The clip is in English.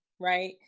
right